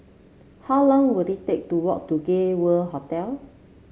how long will it take to walk to Gay World Hotel